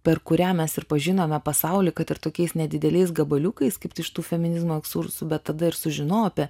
per kurią mes ir pažinome pasaulį kad ir tokiais nedideliais gabaliukais kaip iš tų feminizmo ekskursų bet tada ir sužinojau apie